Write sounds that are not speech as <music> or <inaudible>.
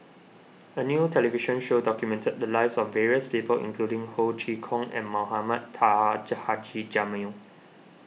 a new television show documented the lives of various people including Ho Chee Kong and Mohamed Taha <unintelligible> Jamil